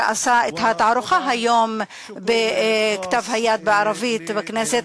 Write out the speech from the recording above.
שעשה את התערוכה על כתב-היד הערבי היום בכנסת.